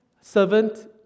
servant